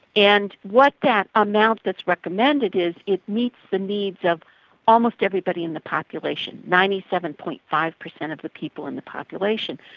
and what that amount that's recommended is it meets the needs of almost everybody in the population, ninety seven. five percent of the people in the population.